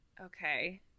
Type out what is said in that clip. Okay